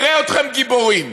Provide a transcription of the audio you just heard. נראה אתכם גיבורים.